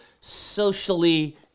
socially